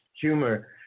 humor